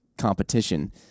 competition